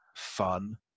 Fun